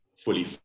Fully